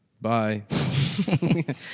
bye